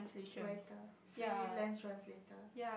writer freelance translator